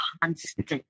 constant